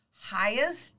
Highest